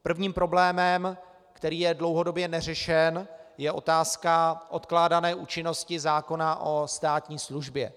Prvním problémem, který je dlouhodobě neřešen, je otázka odkládané účinnosti zákona o státní službě.